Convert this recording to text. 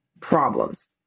problems